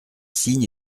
signe